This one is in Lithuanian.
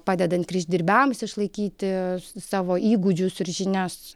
padedant kryždirbiams išlaikyti savo įgūdžius ir žinias